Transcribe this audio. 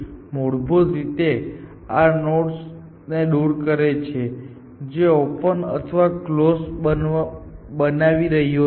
તેથી મૂળભૂત રીતે તે આ નોડ્સને દૂર કરે છે જે તે ઓપન અથવા કલોઝ બનાવી રહ્યો છે